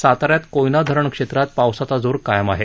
साताऱ्यात कोयना धरण क्षेत्रात पावसाचा जोर कायम आहे